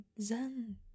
zen